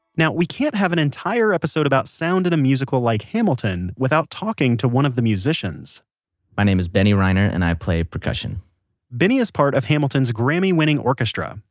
we can't have an entire episode about sound in a musical like hamilton without talking to one of the musicians my name is benny reiner and i play percussion benny is part of hamilton's grammy-winning orchestra.